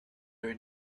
your